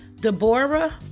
Deborah